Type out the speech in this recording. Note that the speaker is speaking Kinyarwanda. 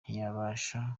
ntiyabasha